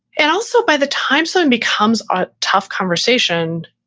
and also by the time someone becomes a tough conversation,